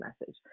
message